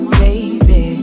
baby